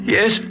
Yes